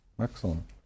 Excellent